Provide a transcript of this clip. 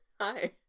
Hi